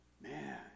Man